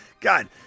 God